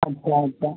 चा